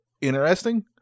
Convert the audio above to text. interesting